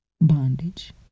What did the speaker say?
bondage